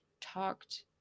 talked